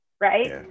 right